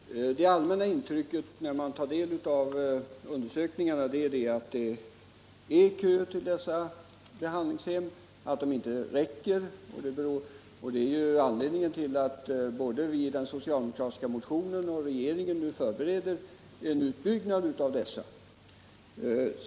Herr talman! Det allmänna intrycket när man tar del av undersökningarna är, Rune Torwald, att det är kö till dessa behandlingshem, att de inte räcker. Det är anledningen till att vi i den socialdemokratiska motionen har krävt och att regeringen förbereder en utbyggnad av dessa.